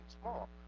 small